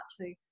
two